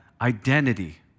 identity